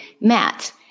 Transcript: Matt